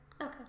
okay